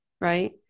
Right